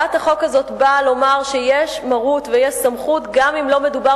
הצעת החוק הזאת באה לומר שיש מרות ויש סמכות גם אם לא מדובר